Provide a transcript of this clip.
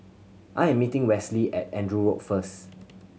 I'm meeting Westley at Andrew Road first